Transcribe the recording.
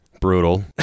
Brutal